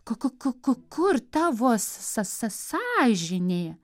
ku ku ku ku kur tavo sa sa sąžinė